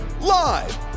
live